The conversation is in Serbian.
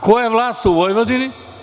Ko je vlast u Vojvodini?